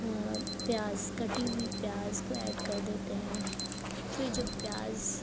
پیاز کٹی ہوئی پیاز کو ایڈ کر دیتے ہیں پھر جب پیاز